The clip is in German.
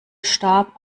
starb